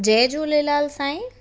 जय झूलेलाल साईं